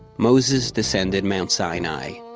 moses descended mount sinai,